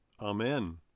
Amen